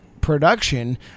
production